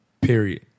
Period